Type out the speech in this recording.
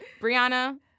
Brianna